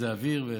אם זה אוויר וכו'.